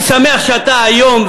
אני שמח שאתה היום,